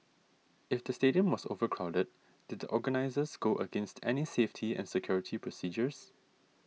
if the stadium was overcrowded did the organisers go against any safety and security procedures